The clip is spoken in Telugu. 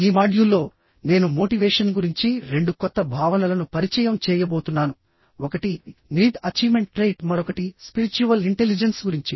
ఈ మాడ్యూల్లో నేను మోటివేషన్ గురించి రెండు కొత్త భావనలను పరిచయం చేయబోతున్నాను ఒకటి నీడ్ అచీవ్మెంట్ ట్రెయిట్ మరొకటి స్పిరిచ్యువల్ ఇంటెలిజెన్స్ గురించి